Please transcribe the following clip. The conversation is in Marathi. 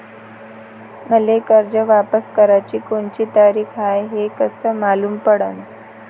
मले कर्ज वापस कराची कोनची तारीख हाय हे कस मालूम पडनं?